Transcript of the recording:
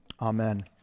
amen